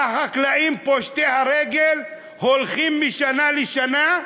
מספר החקלאים פושטי הרגל הולך וגדל משנה לשנה.